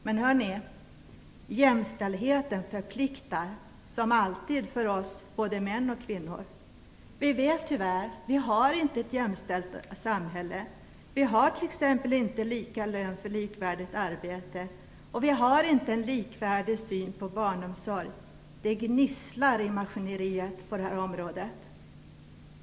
Men jämställdheten förpliktar, som alltid för oss kvinnor och män. Vi vet, tyvärr, att vi inte har ett jämställt samhälle. Vi har t.ex. inte lika lön för likvärdigt arbete. Vi har inte likvärdig syn på barnomsorg. Det gnisslar i maskineriet på detta område.